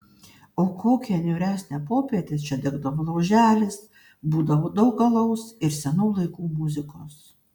o kokią niūresnę popietę čia degdavo lauželis būdavo daug alaus ir senų laikų muzikos